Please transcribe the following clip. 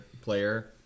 player